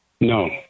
No